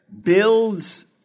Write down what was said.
builds